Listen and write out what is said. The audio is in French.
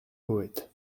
poète